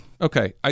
Okay